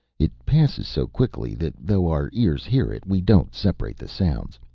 it passes so quickly that though our ears hear it, we don't separate the sounds.